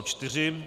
4.